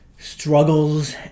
struggles